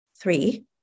three